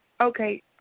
Okay